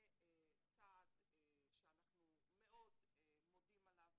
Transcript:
זה צעד שאנחנו מאוד מודים עליו,